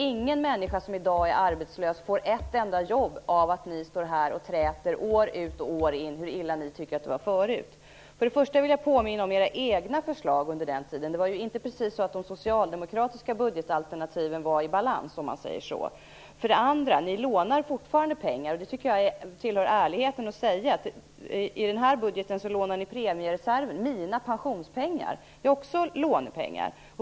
Ingen människa som i dag är arbetslös får ett enda jobb av att ni står här och träter år ut och år in om hur illa ni tycker att det var förut. För det första vill jag påminna om era egna förslag under den tiden. De socialdemokratiska budgetalternativen var inte precis i balans. För det andra lånar ni fortfarande pengar. Det tycker jag tillhör ärligheten att säga. I den här budgeten lånar ni premiereserven, mina pensionspengar. Det är också lånade pengar.